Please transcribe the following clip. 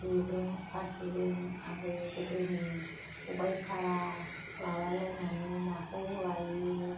जेजों फासिजों आरो गोदोनि खबाय थारा लालायलायनानै नाखौ लायो